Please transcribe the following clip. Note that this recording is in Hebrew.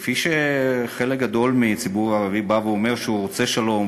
כמו חלק גדול מהציבור הערבי שבא ואומר שהוא רוצה שלום,